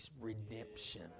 redemption